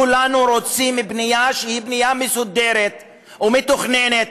כולנו רוצים בנייה מסודרת ומתוכננת.